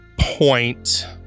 point